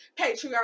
patriarchy